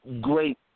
great